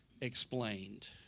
explained